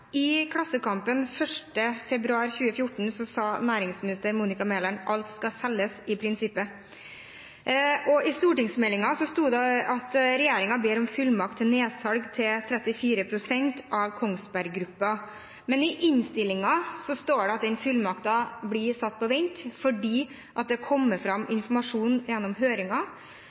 I Klassekampen 1. februar 2014 sa næringsminister Monica Mæland at alt i prinsippet kan selges. I stortingsmeldingen sto det at regjeringen ber om fullmakt til nedsalg av 34 pst. av Kongsberg Gruppen, men i innstillingen står det at den fullmakten blir satt på vent fordi det har kommet fram informasjon gjennom